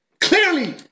clearly